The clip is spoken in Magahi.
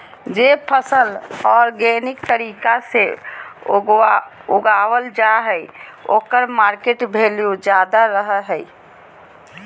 जे फसल ऑर्गेनिक तरीका से उगावल जा हइ ओकर मार्केट वैल्यूआ ज्यादा रहो हइ